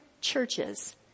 churches